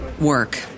work